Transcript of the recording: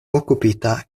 okupita